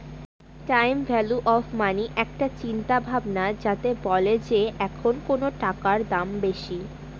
time value of money মানে একটা চিন্তা ভাবনা যাতে বলে যে এখন কোনো টাকার দাম বেশি